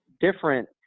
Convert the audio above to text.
different